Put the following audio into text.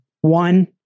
One